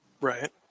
Right